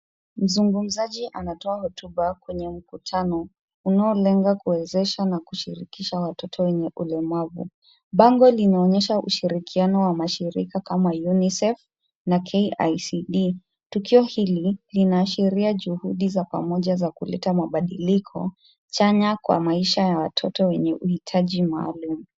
Mzungumzaji anatoa hotuba kwenye mkutano unao lenga kuwezesha na kushirikisha watoto wenye ulemavu. Bango linaonyesha ushirikiano wa mashirika kama UNICEF na KICD . Tukio hili linaashiria juhudi za pamoja za kuleta mabadiliko chanya kwa maisha ya watoto wenye uitaji maalum.